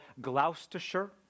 Gloucestershire